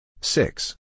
six